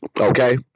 Okay